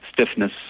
stiffness